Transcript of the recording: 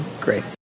great